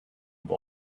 ball